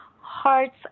hearts